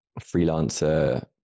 freelancer